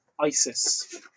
Isis